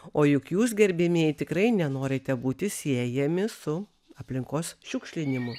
o juk jūs gerbiamieji tikrai nenorite būti siejami su aplinkos šiukšlinimu